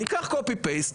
ניקח העתק הדבק.